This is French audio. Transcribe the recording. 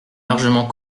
largement